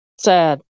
sad